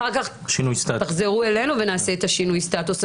אחר כך תחזרו אלינו ונעשה את שינוי הסטטוס.